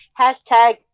Hashtag